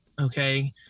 okay